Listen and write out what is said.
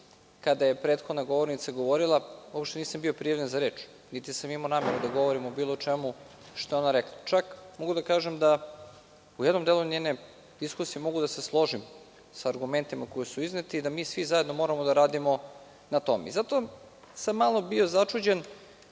kada je prethodna govornica govorila uopšte nisam bio prijavljen za reč, niti sam imao nameru da govorim o bilo čemu što je ona rekla. Mogu čak da kažem da u jednom delu njene diskusije mogu da se složim sa argumentima koji su izneti i da svi zajedno moramo da radimo na tome. Zato sam bio malo začuđen